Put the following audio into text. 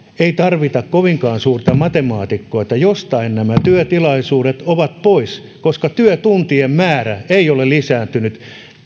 ei tarvita kovinkaan suurta matemaatikkoa että jostain nämä työtilaisuudet ovat poissa koska työtuntien määrä ei ole lisääntynyt